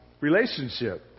relationship